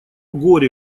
горе